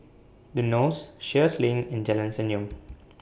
The Knolls Sheares LINK and Jalan Senyum